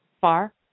far